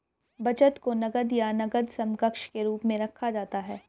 बचत को नकद या नकद समकक्ष के रूप में रखा जाता है